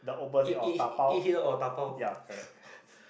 eat eat eat here or dabao